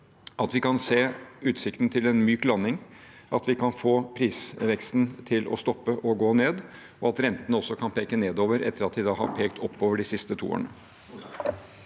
at vi kan se utsikten til en myk landing, at vi kan få prisveksten til å stoppe og gå ned, og at rentene også kan peke nedover etter at de har pekt oppover de siste to årene.